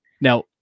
now